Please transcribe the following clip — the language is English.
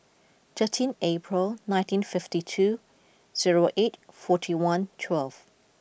thirteen April nineteen fifty two zero eight forty one twelve